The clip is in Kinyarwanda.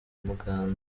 muganza